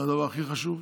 זה הדבר הכי חשוב,